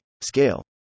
scale